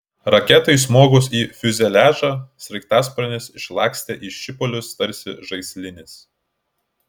raketai smogus į fiuzeliažą sraigtasparnis išlakstė į šipulius tarsi žaislinis